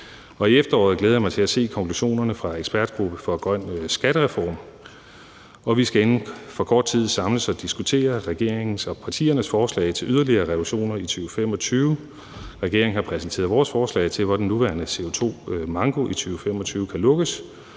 I efteråret glæder jeg mig til at se konklusionerne fra ekspertgruppen for grøn skattereform, og vi skal inden for kort tid samles og diskutere regeringens og partiernes forslag til yderligere reduktioner i 2025. I regeringen har vi præsenteret vores forslag til, hvordan den nuværende CO2-manko i 2025 kan lukkes.